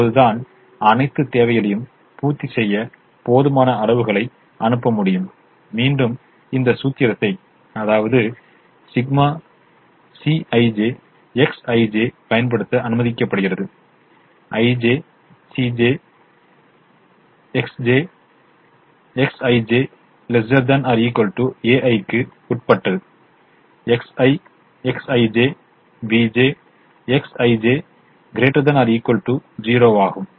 அப்போதுதான் அனைத்து தேவைகளையும் பூர்த்தி செய்ய போதுமான அளவுகளை அனுப்ப முடியும் மீண்டும் இந்த சூத்திரத்தை ∑ Cij Xij பயன்படுத்த அனுமதிக்கப்படுகிறது Ij சிஜ் ஜிஜ் Xj Xij ≤ ai க்கு உட்பட்டது Xi Xij bj Xij ≥ 0 ஆகும்